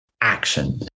action